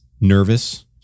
nervous